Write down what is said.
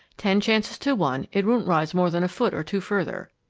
ten chances to one it won't rise more than a foot or two further.